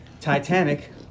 Titanic